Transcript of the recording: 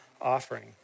offering